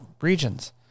regions